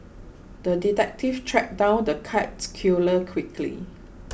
the detective tracked down the cats killer quickly